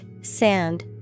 sand